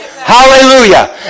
Hallelujah